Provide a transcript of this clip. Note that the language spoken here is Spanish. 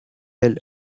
del